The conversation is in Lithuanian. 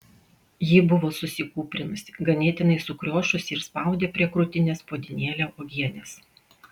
ji buvo susikūprinusi ganėtinai sukriošusi ir spaudė prie krūtinės puodynėlę uogienės